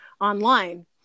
online